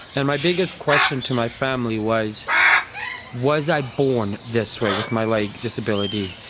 and my biggest question to my family was was i born this way with my leg disability?